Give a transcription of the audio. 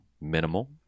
minimal